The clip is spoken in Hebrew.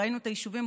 ראינו את היישובים,